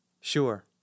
Sure